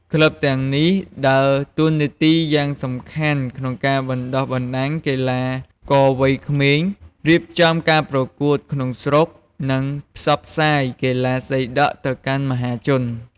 ក្លឹបទាំងនេះដើរតួនាទីយ៉ាងសំខាន់ក្នុងការបណ្ដុះបណ្ដាលកីឡាករវ័យក្មេង រៀបចំការប្រកួតក្នុងស្រុក និងផ្សព្វផ្សាយកីឡាសីដក់ទៅកាន់មហាជន។